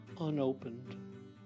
Unopened